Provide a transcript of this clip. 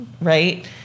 right